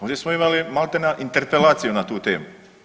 Ovdje smo imali maltene interpelaciju na tu temu.